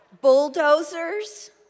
bulldozers